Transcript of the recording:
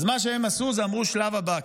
אז מה שהם עשו זה אמרו: השלב הבא.